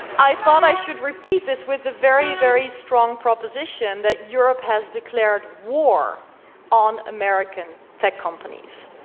i thought i should repeat this with the very, very strong proposition that europe has declared war on american tech companies.